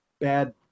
bad